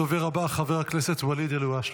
הדובר הבא, חבר הכנסת ואליד אלהואשלה.